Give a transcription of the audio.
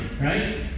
Right